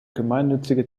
gemeinnützige